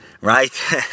right